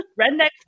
redneck